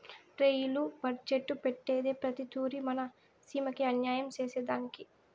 rail budget పెట్టేదే ప్రతి తూరి మన సీమకి అన్యాయం సేసెదానికి